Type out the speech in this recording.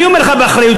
אני אומר לך באחריות,